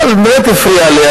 זה באמת הפריע לי.